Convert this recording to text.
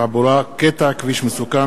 הארכת המועד לתביעת גמלת כסף והתקופה שבעדה תשולם),